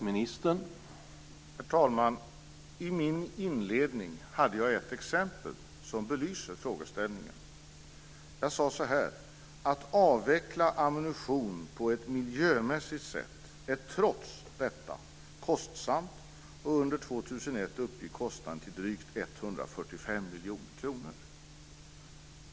Herr talman! I min inledning nämnde jag ett exempel som belyser frågeställningen. Jag sade så här: Att avveckla ammunition på ett miljömässigt sätt är trots detta kostsamt, och under 2001 uppgick kostnaden till drygt 145 miljoner kronor.